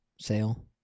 sale